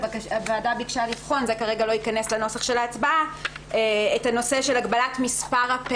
הוועדה ביקשה לבחון וזה לא ייכנס כרגע לנוסח של ההצבעה,